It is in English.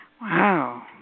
Wow